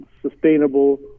sustainable